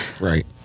right